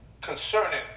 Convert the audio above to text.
Concerning